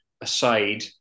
aside